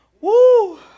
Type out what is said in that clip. Woo